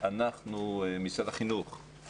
- כך אמר משרד החינוך כאן